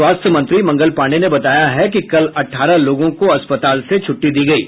स्वास्थ्य मंत्री मंगल पांडेय ने बताया है कि कल अठारह लोगों को अस्पताल से छुट्टी दी गयी